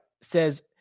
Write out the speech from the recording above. says